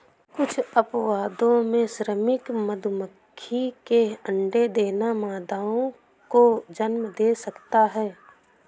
कुछ अपवादों में, श्रमिक मधुमक्खी के अंडे देना मादाओं को जन्म दे सकता है